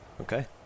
Okay